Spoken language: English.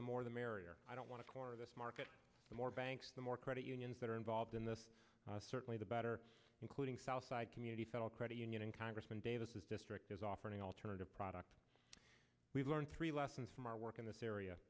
the more the merrier i don't want to corner this market the more banks the more credit unions that are involved in this certainly the better including southside community federal credit union and congressman davis is district is offering alternative products we've learned three lessons from our work in this area